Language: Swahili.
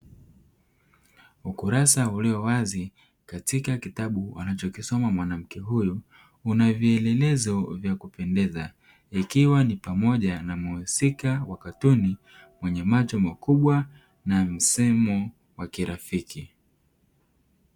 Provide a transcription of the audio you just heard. Ukurasa uliyo wazi katika kitabu anachokisoma mwanamke huyu una vielelezo vya kupendeza ikiwa ni pamoja na mhusika wa katuni mwenye macho makubwa na msemo wa kirafiki.